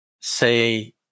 say